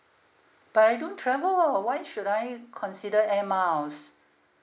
but I don't travel oo why should I consider air miles